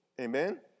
Amen